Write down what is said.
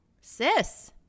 sis